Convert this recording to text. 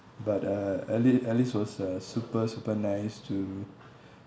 but uh ali~ alice was uh super super nice to